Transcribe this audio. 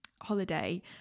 holiday